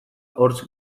hortz